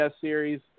series